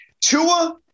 Tua